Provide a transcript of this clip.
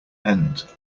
end